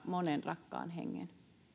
monen rakkaan hengen